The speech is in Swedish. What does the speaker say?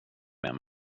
med